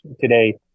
today